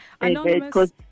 anonymous